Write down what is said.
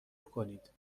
کنید